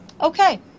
okay